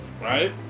Right